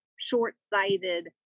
short-sighted